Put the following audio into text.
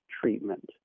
treatment